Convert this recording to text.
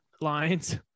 lines